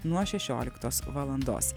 nuo šešioliktos valandos